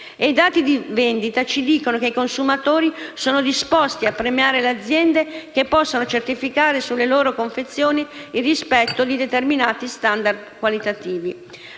I dati di vendita ci dicono che i consumatori sono disposti a premiare le aziende che possano certificare sulle loro confezioni il rispetto di determinati *standard* qualitativi.